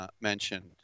mentioned